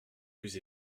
plus